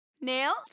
Nailed